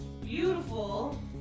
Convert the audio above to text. beautiful